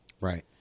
Right